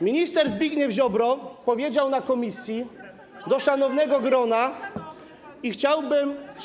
Minister Zbigniew Ziobro powiedział na posiedzeniu komisji do szanownego grona i chciałbym.